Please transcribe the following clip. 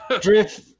drift